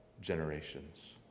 generations